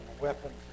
weapons